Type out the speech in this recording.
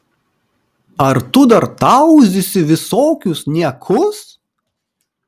ar tu dar tauzysi visokius niekus